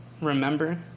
remember